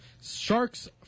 Sharks